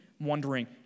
wondering